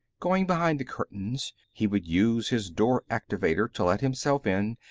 going behind the curtains, he would use his door-activator to let himself in,